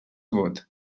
vot